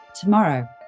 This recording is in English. tomorrow